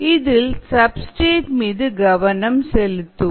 இதில் சப்ஸ்டிரேட் மீது கவனம் செலுத்துவோம்